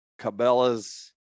Cabela's